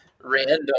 random